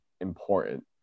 important